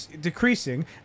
decreasing